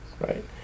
right